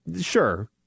sure